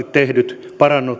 tehdyt